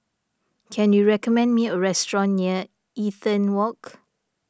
can you recommend me a restaurant near Eaton Walk